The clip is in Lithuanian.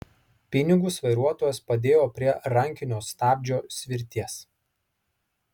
pinigus vairuotojas padėjo prie rankinio stabdžio svirties